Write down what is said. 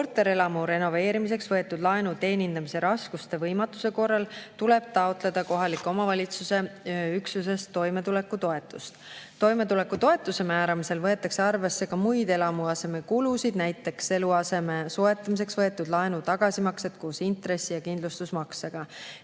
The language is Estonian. korterelamu renoveerimiseks võetud laenu teenindamise raskuste või võimatuse korral tuleb taotleda kohaliku omavalitsuse üksusest toimetulekutoetust. Toimetulekutoetuse määramisel võetakse arvesse ka muid eluasemekulusid, näiteks eluaseme soetamiseks võetud laenu tagasimakseid koos intressi- ja kindlustusmaksega.